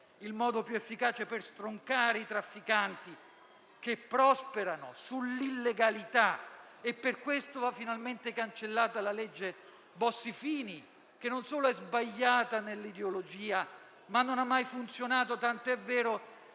il modo più efficace per stroncare i trafficanti che prosperano sull'illegalità e per questo va finalmente cancellata la cosiddetta legge Bossi-Fini che non solo è sbagliata nell'ideologia, ma non ha mai funzionato, tanto è vero